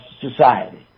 society